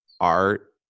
art